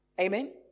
Amen